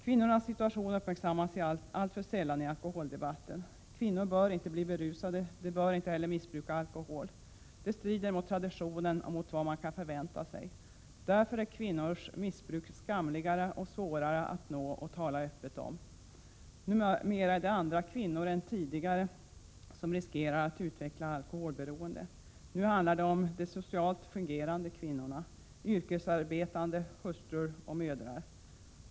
Kvinnornas situation uppmärksammas alltför sällan i alkoholdebatten. Kvinnor bör inte bli berusade, de bör inte heller missbruka alkohol. Det strider mot traditionen och mot vad man kan förvänta sig. Därför är kvinnors missbruk skamligare och svårare att nå och tala öppet om. Numera är det en annan typ av kvinnor än tidigare som riskerar att utveckla alkoholberoende. Nu handlar det om de socialt fungerande kvinnorna: yrkesarbetande, hustrur och mödrar.